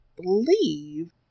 believe